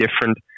different